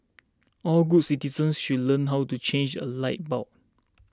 all good citizens should learn how to change a light bulb